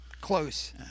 close